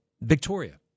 Victoria